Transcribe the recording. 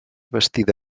bastida